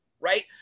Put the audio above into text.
Right